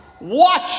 watch